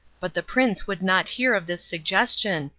but the prince would not hear of this suggestion,